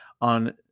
on